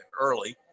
early